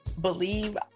believe